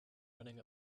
running